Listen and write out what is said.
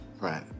Right